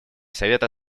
совета